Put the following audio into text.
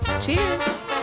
Cheers